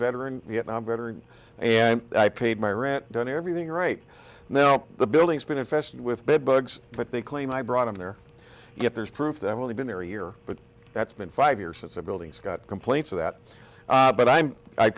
veteran vietnam veteran and i paid my rent done everything right now the building's been infested with bedbugs but they claim i brought them there yet there's proof that i've only been there a year but that's been five years since the buildings got complaints of that but i'm i